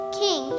king